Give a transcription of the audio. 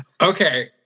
Okay